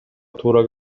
туура